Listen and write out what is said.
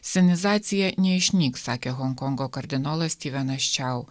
sinizacija neišnyks sakė honkongo kardinolas styvenas čiau